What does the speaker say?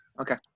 Okay